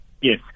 Yes